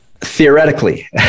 theoretically